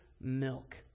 milk